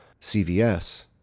CVS